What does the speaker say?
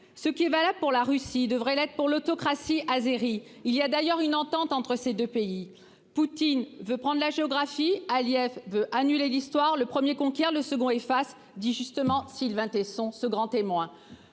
ce qui est valable pour la Russie devrait l'être pour l'autocratie azéri il y a d'ailleurs une entente entre ces 2 pays Poutine veut prendre la géographie Aliev veut annuler l'histoire le 1er conquiert le second efface dit justement Sylvain Tesson ce grand témoin,